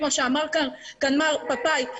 כמו שאמר כאן מר פפאי,